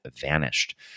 vanished